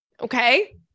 Okay